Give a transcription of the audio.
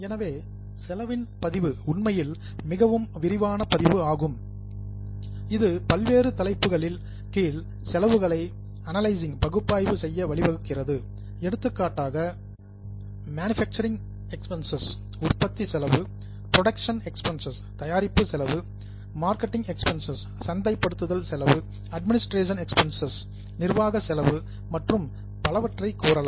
எனவே செலவின் பதிவு உண்மையில் மிகவும் விரிவான பதிவு ஆகும் இது பல்வேறு தலைப்புகளின் கீழ் செலவுகளை அனலைஸ்சிங் பகுப்பாய்வு செய்ய வழிவகுக்கிறது எடுத்துக்காட்டாக மேனுஃபாக்சரிங் எக்பென்சஸ் உற்பத்தி செலவு புரோடக்சன் எக்பென்சஸ் தயாரிப்பு செலவு மார்க்கெட்டிங் எக்பென்சஸ் சந்தைப்படுத்தல் செலவு அட்மினிஸ்ட்ரேஷன் எக்பென்சஸ் நிர்வாக செலவு மற்றும் பலவற்றை கூறலாம்